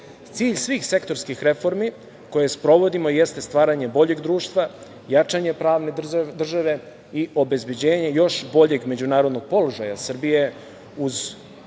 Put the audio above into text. svih sektorskih reformi koje sprovodimo jeste stvaranje boljeg društva, jačanje pravne države i obezbeđenje još boljeg međunarodnog položaja Srbije uz